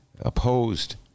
opposed